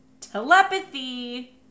telepathy